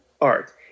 art